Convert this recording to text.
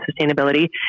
sustainability